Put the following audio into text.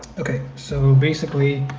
okay. so basically,